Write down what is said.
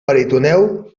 peritoneu